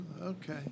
Okay